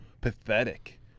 pathetic